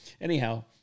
anyhow